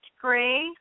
gray